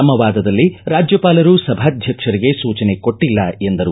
ತಮ್ಮ ವಾದದಲ್ಲಿ ರಾಜ್ಯಪಾಲರು ಸಭಾಧ್ಯಕ್ಷರಿಗೆ ಸೂಚನೆ ಕೊಟ್ಟಲ್ಲ ಎಂದರು